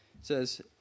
says